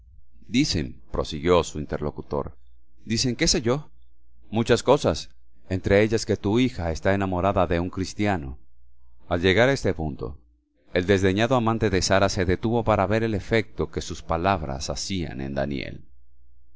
dicen prosiguió su interlocutor dicen qué sé yo muchas cosas entre ellas que tu hija está enamorada de un cristiano al llegar a este punto el desdeñado amante de sara se detuvo para ver el efecto que sus palabras hacían en daniel